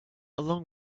along